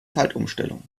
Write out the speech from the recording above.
zeitumstellung